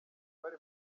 bari